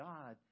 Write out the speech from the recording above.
God